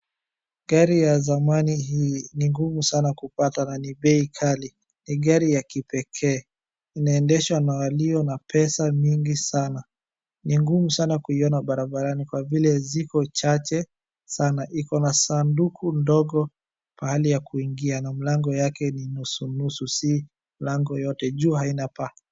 Gari ya zamani hii ni ngumu sana kupata na ni bei ghali ni gari ya kipekee. Inaendeshwa na waliona pesa nyingi sana. Ni ngumu sana kuiona barabarani kwa vile ziko chache sana. Iko na sanduku ndogo pahali ya kuingia na mlango yake ni nusunusu si mlango yote. Juu haina paa.